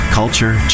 culture